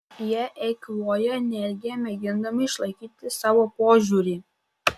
jie eikvoja energiją mėgindami išlaikyti savo požiūrį